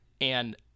and-